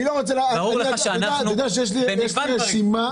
אני לא רוצה אתה יודע שיש לי רשימה --- רגע,